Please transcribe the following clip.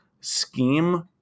scheme